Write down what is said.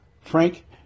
Frank